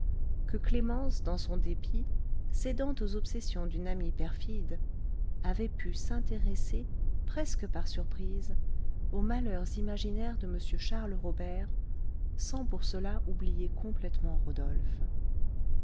que clémence dans son dépit cédant aux obsessions d'une amie perfide avait pu s'intéresser presque par surprise aux malheurs imaginaires de m charles robert sans pour cela oublier complètement rodolphe